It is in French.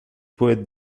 poète